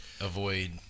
avoid